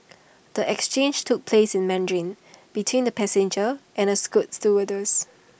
the exchange took place in Mandarin between the passenger and A scoot stewardess